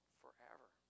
forever